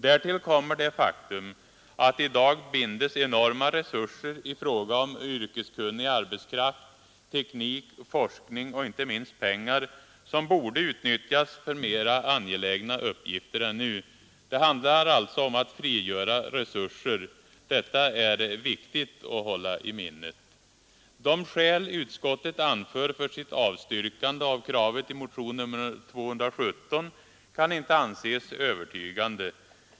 Därtill kommer det faktum att i dag binds enorma resurser i fråga om yrkeskunnig arbetskraft, teknik, forskning och inte minst pengar, som borde utnyttjas för mer angelägna uppgifter än nu. Det handlar alltså om att frigöra resurser. Detta är viktigt att hålla i minnet. De skäl utskottet anför för sitt avstyrkande av kravet i motionen 217 kan inte anses övertygande.